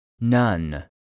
None